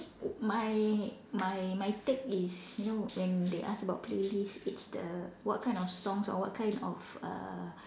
my my my take is you know when they ask about playlist it's the what kind of songs or what kind of err